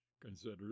Consider